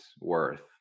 worth